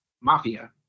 mafia